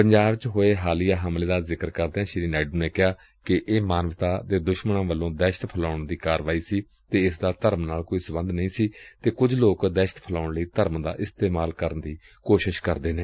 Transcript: ਪੰਜਾਬ ਚ ਹੋਏ ਹਾਲੀਆ ਹਮਲੇ ਦਾ ਜ਼ਿਕਰ ਕਰਦਿਆਂ ਸ੍ਸੀ ਨਾਇਡੁ ਨੇ ਕਿਹਾ ਕਿ ਇਹ ਮਾਨਵਤਾ ਦੇ ਦੁਸ਼ਮਣਾ ਵੱਲੋਂ ਦਹਿਸ਼ਤ ਫੈਲਾਉਣ ਦੀ ਘਟਨਾ ਸੀ ਅਤੇ ਇਸ ਦਾ ਧਰਮ ਨਾਲ ਕੋਈ ਸਬੰਧ ਨਹੀਂ ਸੀ ਤੇ ਕੁਝ ਲੋਕ ਦਹਿਸ਼ਤ ਫੈਲਾਉਣ ਲਈ ਧਰਮ ਦਾ ਇਸਤੇਮਾਲ ਕਰਨ ਦੀ ਕੋਸ਼ਿਸ਼ ਕਰਦੇ ਨੇ